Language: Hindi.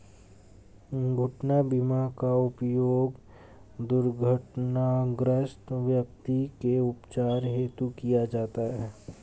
दुर्घटना बीमा का उपयोग दुर्घटनाग्रस्त व्यक्ति के उपचार हेतु किया जाता है